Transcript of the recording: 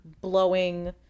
blowing